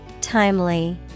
Timely